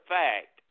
fact